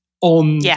on